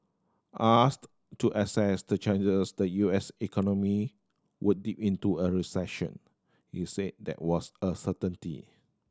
asked to assess the changes the U S economy would dip into a recession he said that was a certainty